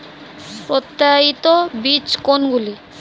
প্রত্যায়িত বীজ কোনগুলি?